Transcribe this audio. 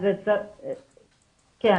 כן,